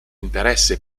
interesse